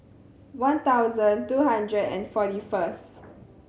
one thousand two hundred and forty first